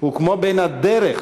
הוא כמו בין הדרך,